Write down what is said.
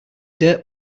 dirt